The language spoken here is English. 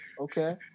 okay